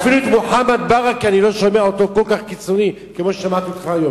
אפילו את מוחמד ברכה אני לא שומע כל כך קיצוני כמו ששמעתי אותך היום.